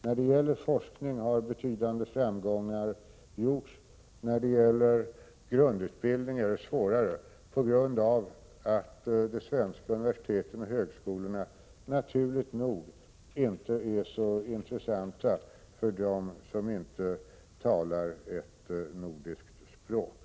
När det gäller forskning har betydande framgångar gjorts. När det gäller grundutbildning är det svårare på grund av att de svenska universiteten och högskolorna naturligt nog inte är så intressanta för dem som inte talar ett nordiskt språk.